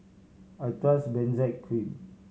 I trust Benzac Cream